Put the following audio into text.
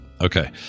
Okay